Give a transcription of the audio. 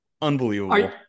unbelievable